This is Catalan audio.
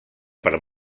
per